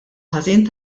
ħażin